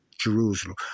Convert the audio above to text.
Jerusalem